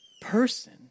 person